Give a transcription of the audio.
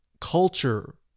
culture